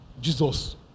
Jesus